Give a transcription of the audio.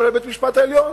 כולל בבית-המשפט העליון.